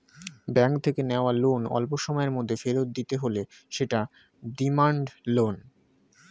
bank থেকে নেওয়া loan অল্পসময়ের মধ্যে ফেরত দিতে হলে সেটা ডিমান্ড লোন